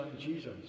jesus